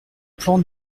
plan